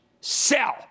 sell